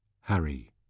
Harry